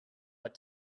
but